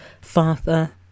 Father